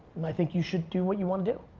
and i think you should do what you wanna do.